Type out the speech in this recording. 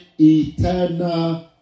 eternal